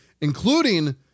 including